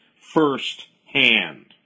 first-hand